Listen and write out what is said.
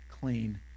clean